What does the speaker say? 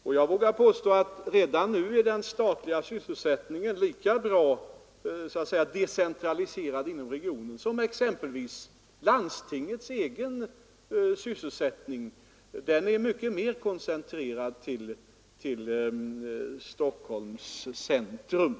Och jag vågar påstå att redan nu är den statliga sysselsättningen inom regionen lika decentraliserad som i exempelvis landstingets egen sysselsättning — den är mycket mer koncentrerad till Stockholms centrum.